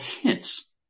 hints